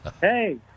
Hey